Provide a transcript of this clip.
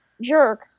jerk